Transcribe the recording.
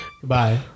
goodbye